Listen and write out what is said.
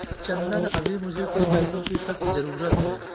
चंदन अभी मुझे कुछ पैसों की सख्त जरूरत है